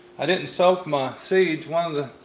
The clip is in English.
i didn't soak my seeds, one of the